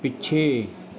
ਪਿੱਛੇ